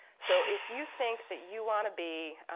so if you think that you wanna be,